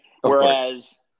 Whereas